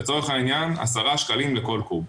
לצורך העניין, עשרה שקלים לכל קוב.